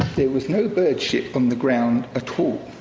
there was no bird shit on the ground at all.